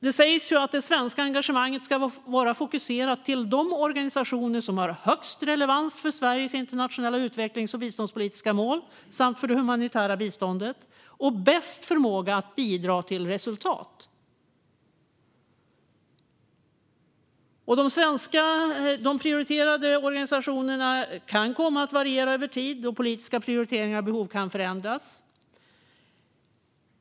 Det sägs att det svenska engagemanget ska fokuseras på de organisationer som har störst relevans för Sveriges internationella utvecklings och biståndspolitiska mål samt för det humanitära biståndet och bäst förmåga att bidra till resultat. De prioriterade organisationerna kan komma att variera över tid, och politiska prioriteringar och behov kan förändras.